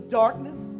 darkness